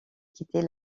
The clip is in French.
quitter